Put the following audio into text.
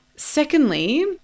Secondly